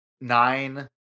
nine